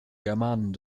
germanen